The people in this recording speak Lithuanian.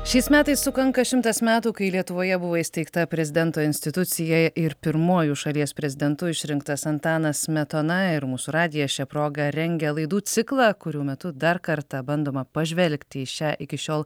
šiais metais sukanka šimtas metų kai lietuvoje buvo įsteigta prezidento institucija ir pirmuoju šalies prezidentu išrinktas antanas smetona ir mūsų radijas šia proga rengia laidų ciklą kurių metu dar kartą bandoma pažvelgti į šią iki šiol